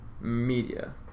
media